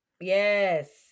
Yes